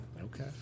Okay